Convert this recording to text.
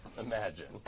Imagine